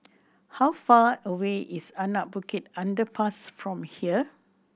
how far away is Anak Bukit Underpass from here